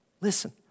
Listen